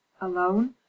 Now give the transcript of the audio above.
Alone